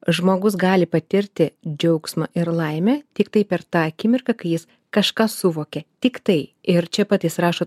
žmogus gali patirti džiaugsmą ir laimę tiktai per tą akimirką kai jis kažką suvokia tiktai ir čia pat jis rašo